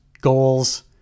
goals